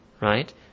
right